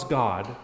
god